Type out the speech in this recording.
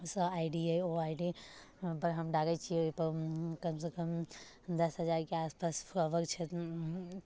सऽ I D अइ ओ आई डी ओहिपर हम डालै छियै ओहिपर कमसँ कम दस हजारके आसपास फॉलोवर छै